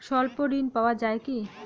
স্বল্প ঋণ পাওয়া য়ায় কি?